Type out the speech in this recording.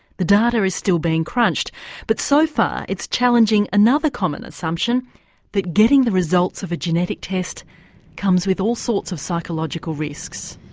the data is still being crunched but so far it's challenging another common assumption that getting the results of a genetic test comes with all sorts of psychological risks.